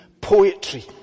poetry